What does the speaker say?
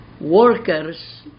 workers